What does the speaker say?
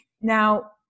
Now